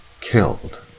killed